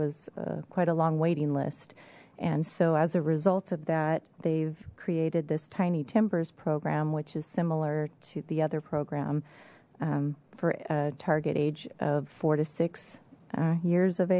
was quite a long waiting list and so as a result of that they've created this tiny timbers program which is similar to the other program for a target age of four to six years of